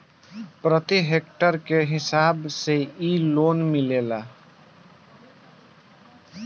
प्रति हेक्टेयर के हिसाब से इ लोन मिलेला